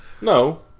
No